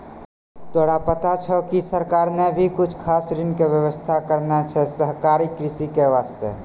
तोरा पता छौं कि सरकार नॅ भी कुछ खास ऋण के व्यवस्था करनॅ छै सहकारी कृषि के वास्तॅ